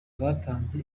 batanze